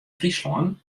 fryslân